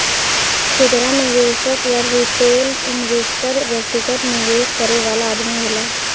खुदरा निवेशक या रिटेल इन्वेस्टर व्यक्तिगत निवेश करे वाला आदमी होला